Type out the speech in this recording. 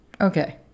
Okay